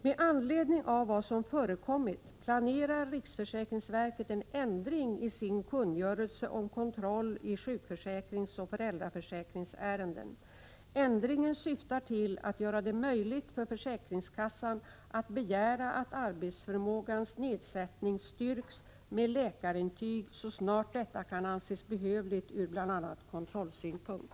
Med anledning av vad som förekommit planerar riksförsäkringsverket en ändring i sin kun = Prot. 1986/87:109 görelse om kontroll i sjukförsäkringsoch föräldraförsäkringsärenden. 23 april 1987 Ändringen syftar till att göra det möjligt för försäkringskassan att begära att arbetsförmågans nedsättning styrks med läkarintyg så snart detta kan anses behövligt ur bl.a. kontrollsynpunkt.